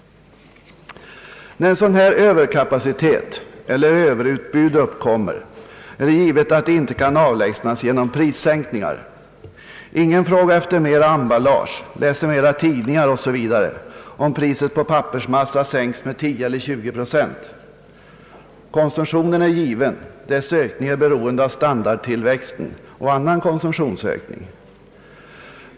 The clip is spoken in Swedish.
När en sådan överkapacitet eller ett sådant överutbud uppkommer är det givet att det inie kan avlägsnas genom prissänkningar. Ingen frågar efter mer emballage, läser flera tidningar Oosv., om priset på pappersmassa sänks med 10 eller 20 procent. Konsumtionen är given. Dess ökning är beroende av standardtillväxten och annan konsumtions ökning.